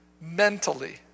mentally